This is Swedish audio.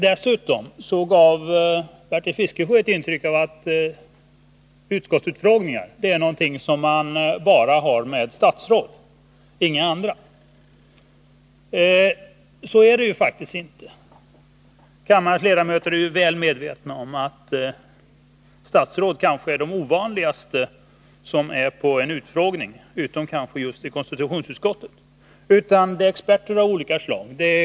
Dessutom gav Bertil Fiskesjö ett intryck av att utskottsutfrågningar är någonting som man bara har med statsråd och inga andra. Så är det ju faktiskt inte. Kammarens ledamöter är ju väl medvetna om att statsråd kanske är de ovanligaste personerna på en utfrågning, utom kanske just i konstitutionsutskottet. Det är i stället experter av olika slag som utfrågas.